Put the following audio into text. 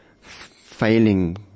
failing